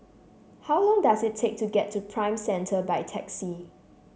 how long does it take to get to Prime Centre by taxi